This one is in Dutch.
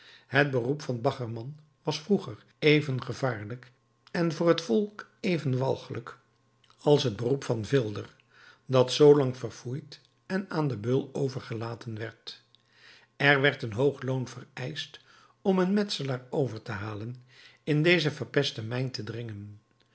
het beroep van baggerman was vroeger even gevaarlijk en voor het volk even walgelijk als het beroep van vilder dat zoo lang verfoeid en aan den beul overgelaten werd er werd een hoog loon vereischt om een metselaar over te halen in deze verpeste mijn te dringen